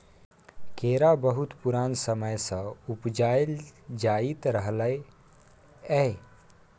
केरा बहुत पुरान समय सँ उपजाएल जाइत रहलै यै